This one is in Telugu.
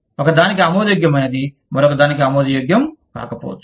ఒకదానికి ఆమోదయోగ్యమైనది మరొకదానికి ఆమోదయోగ్యం కాకపోవచ్చు